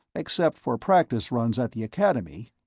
except for practice runs at the academy!